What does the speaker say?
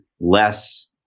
less